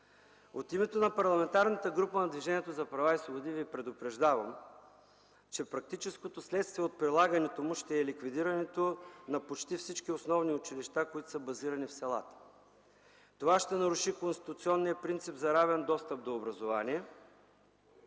От името на Парламентарната група на Движението за права и свободи Ви предупреждавам, че практическото следствие от прилагането му ще е ликвидирането на почти всички основни училища, които са базирани в селата. Това ще наруши конституционния принцип за равен достъп до образование,